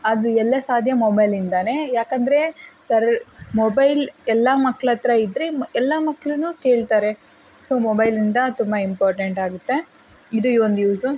ಅದು ಎಲ್ಲ ಸಾಧ್ಯ ಮೊಬೈಲಿಂದಲೇ ಏಕಂದ್ರೆ ಸರ್ರ್ ಮೊಬೈಲ್ ಎಲ್ಲ ಮಕ್ಳ ಹತ್ರ ಇದ್ದರೆ ಮ್ ಎಲ್ಲ ಮಕ್ಳೂ ಕೇಳ್ತಾರೆ ಸೊ ಮೊಬೈಲಿಂದ ತುಂಬ ಇಂಪೋರ್ಟೆಂಟ್ ಆಗುತ್ತೆ ಇದು ಒಂದು ಯೂಸು